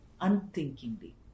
Unthinkingly